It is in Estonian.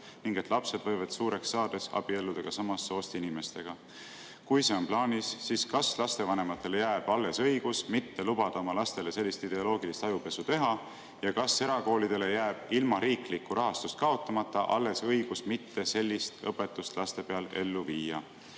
ning et lapsed võivad suureks saades abielluda ka samast soost inimestega. Kui see on plaanis, siis kas lastevanematele jääb alles õigus mitte lubada oma lastele sellist ideoloogilist ajupesu teha ja kas erakoolidele jääb ilma riiklikku rahastust kaotamata alles õigus mitte sellist õpetust laste peal ellu viia?